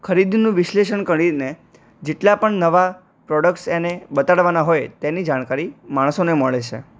ખરીદીનું વિશ્લેષણ કરીને જેટલાં પણ નવાં પ્રોડક્સ એને બતાડવાના હોય તેની જાણકારી માણસોને મળે છે